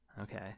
Okay